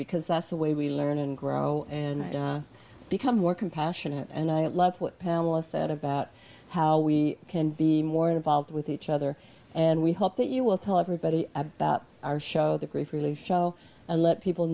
because that's the way we learn and grow and become more compassionate and i love what pamela said about how we can be more involved with each other and we hope that you will tell everybody about our show the grief really show and let people